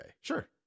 sure